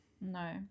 No